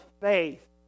faith